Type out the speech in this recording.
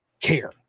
care